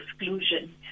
exclusion